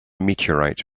meteorite